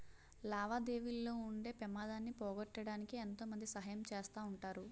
లావాదేవీల్లో ఉండే పెమాదాన్ని పోగొట్టడానికి ఎంతో మంది సహాయం చేస్తా ఉంటారు